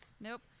Nope